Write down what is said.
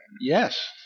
Yes